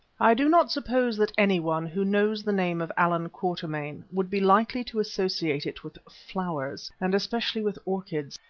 i do not suppose that anyone who knows the name of allan quatermain would be likely to associate it with flowers, and especially with orchids.